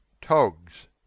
Togs